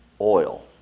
Oil